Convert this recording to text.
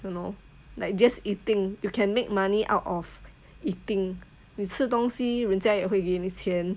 you know like just eating you can make money out of eating 你吃东西人家也会给你钱